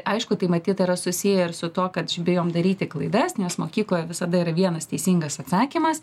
aišku tai matyt yra susiję ir su tuo kad ž bijom daryti klaidas nes mokykloje visada yra vienas teisingas atsakymas